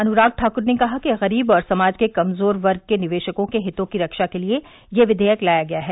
अनुराग ठाकूर ने कहा कि गरीब और समाज के कमजोर वर्ग के निवेशकों के हितों की रक्षा के लिए यह विधेयक लाया गया है